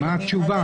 מה התשובה?